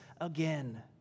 again